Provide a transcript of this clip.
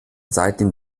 seitdem